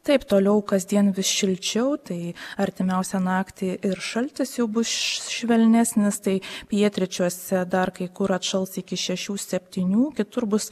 taip toliau kasdien vis šilčiau tai artimiausią naktį ir šaltis jau bus švelnesnis tai pietryčiuose dar kai kur atšals iki šešių septynių kitur bus